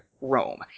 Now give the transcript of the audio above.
Rome